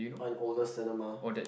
an oldest cinema